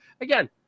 again